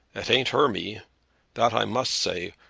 it ain't hermy that i must say.